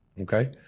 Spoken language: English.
okay